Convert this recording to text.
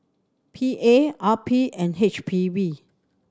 P A R P and H P B